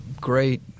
great